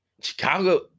Chicago